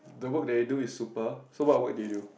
the work that you do is super so what work did you do